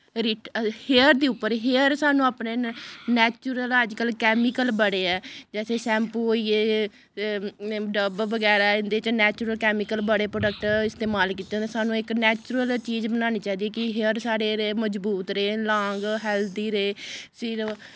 writ hair दे उप्पर hair सानूं अपने नैचुरल अजकल्ल कैमिकल बड़े ऐ जैसे शैम्पू होई गे डब बगैरा इं'दे च नैचुरल कैमिकल बड़े प्रोडक्ट इस्तेमाल कीते होंदे सानूं इक नैचुरल चीज बनानी चाहिदी ऐ कि हेयर साढ़े मजबूत रौह्न लांग हैल्थी फिर